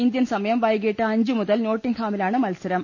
Indian സമയം വൈകീട്ട് അഞ്ച് മുതൽ നോട്ടിങ്ങ്ഹാമിലാണ് മത്സ രം